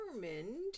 determined